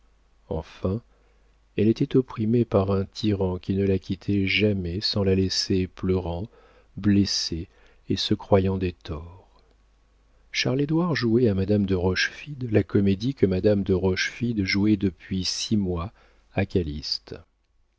enfin elle était opprimée par un tyran qui ne la quittait jamais sans la laisser pleurant blessée et se croyant des torts charles édouard jouait à madame de rochefide la comédie que madame de rochefide jouait depuis six mois à